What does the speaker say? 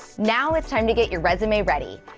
now, it's time to get your resume ready.